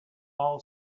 all